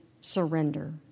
surrender